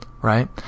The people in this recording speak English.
right